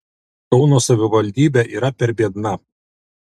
kauno savivaldybė yra per biedna